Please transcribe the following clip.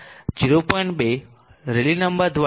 2 rally number દ્વારા 0